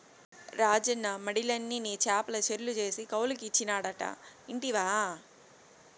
రాజన్న మడిలన్ని నీ చేపల చెర్లు చేసి కౌలుకిచ్చినాడట ఇంటివా